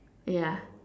ya